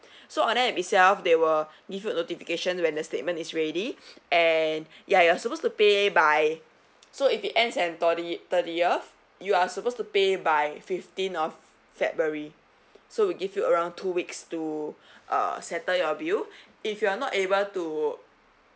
so on the app itself they will give you a notification when the statement is ready and ya you are supposed to pay by so if it ends at thirti~ thirtieth you are supposed to pay by fifteen of february so we give you around two weeks to uh settle your bill if you are not able to